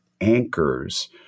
anchors